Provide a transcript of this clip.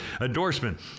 endorsement